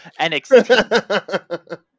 NXT